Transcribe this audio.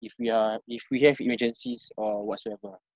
if we are if we have emergencies or whatsoever ah